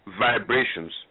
vibrations